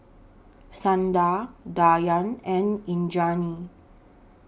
Sundar Dhyan and Indranee